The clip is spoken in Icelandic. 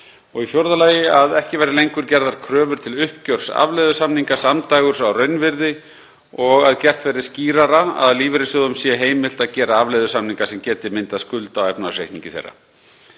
ára. 4. Að ekki verði lengur gerðar kröfur til uppgjörs afleiðusamninga samdægurs á raunvirði og að gert verði skýrara að lífeyrissjóðum sé heimilt að gera afleiðusamninga sem geti myndað skuld á efnahagsreikningi þeirra.